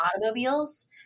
automobiles